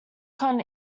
con